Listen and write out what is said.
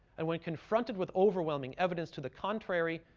and when confronted with overwhelming evidence to the contrary.